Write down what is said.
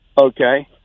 Okay